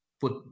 put